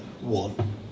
one